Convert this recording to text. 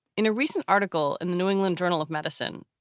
in a recent article in the new england journal of medicine,